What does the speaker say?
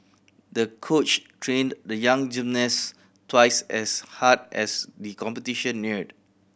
the coach trained the young gymnast twice as hard as the competition neared